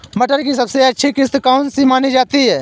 मटर की सबसे अच्छी किश्त कौन सी मानी जाती है?